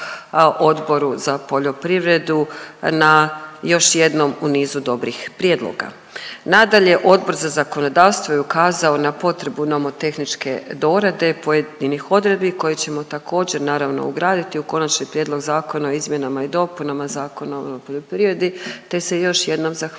Odboru za poljoprivredu na još jednom u nizu dobrih prijedloga. Nadalje, Odbor za zakonodavstvo je ukazao na potrebu nomotehničke dorade pojedinih odredbi koje ćemo također, naravno, ugraditi u konačni prijedlog zakona o izmjenama i dopunama Zakona o poljoprivredi te se još jednom zahvaljujem